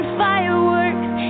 fireworks